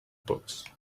books